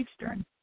Eastern